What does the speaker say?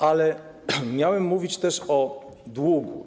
Ale miałem mówić też o długu.